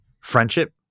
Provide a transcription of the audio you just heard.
friendship